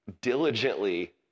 diligently